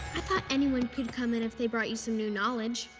i thought anyone could come in if they brought you some new knowledge.